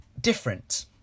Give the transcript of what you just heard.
different